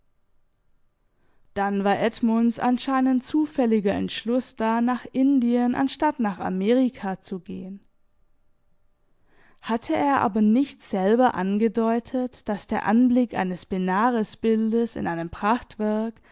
dann war edmunds anscheinend zufälliger entschluß da nach indien anstatt nach amerika zu gehen hatte er aber nicht selber angedeutet daß der anblick eines benaresbildes in einem